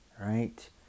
right